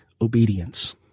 Obedience